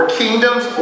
kingdoms